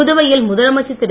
புதுவையில் முதலமைச்சர் திரு